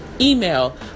email